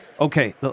Okay